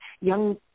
Young